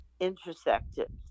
Intersected